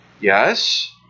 yes